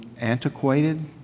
antiquated